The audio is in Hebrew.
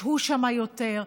ישהו שם יותר.